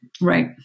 Right